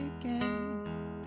again